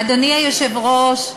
אדוני היושב-ראש,